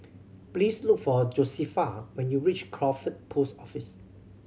please look for Josefa when you reach Crawford Post Office